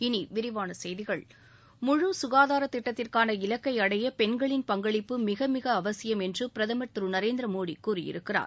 இனி விரிவான செய்திகள் முழு சுகாதாரத் திட்டத்திற்கான இலக்கை அடைய பெண்களின் பங்களிப்பு மிக மிக அவசியம் என்று பிரதமர் திரு நரேந்திர மோடி கூறியிருக்கிறார்